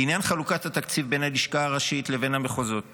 לעניין חלוקת התקציב בין הלשכה הראשית לבין המחוזות